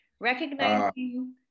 Recognizing